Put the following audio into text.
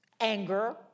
anger